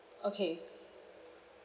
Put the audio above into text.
okay